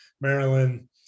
Maryland